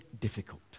difficult